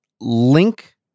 link